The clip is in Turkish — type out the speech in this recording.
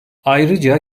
ayrıca